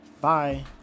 Bye